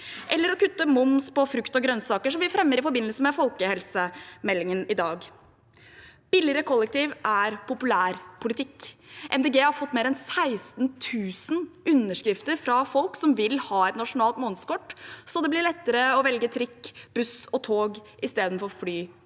eller å kutte moms på frukt og grønnsaker, som vi fremmer i forbindelse med folkehelsemeldingen i dag. Billigere kollektivtransport er populær politikk. Miljøpartiet De Grønne har fått mer enn 16 000 underskrifter fra folk som vil ha et nasjonalt månedskort, så det blir lettere å velge trikk, buss og tog istedenfor fly